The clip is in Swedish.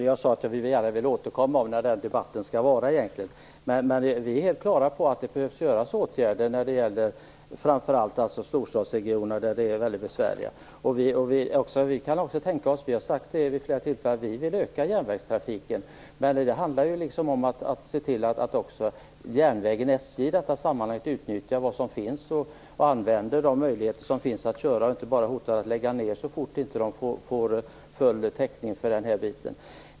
Herr talman! Som jag sade vill vi återkomma när den debatten egentligen skall föras. Vi är på det klara med att det behövs åtgärder för framför allt storstadsregioner där det är besvärligt. Vi kan också tänka oss - vi har sagt det vid flera tillfällen - att öka järnvägstrafiken. Men det handlar om att se till att också järnvägen kan utnyttja de möjligheter som finns att köra och inte behöver hota med att lägga ned så fort man inte får full täckning.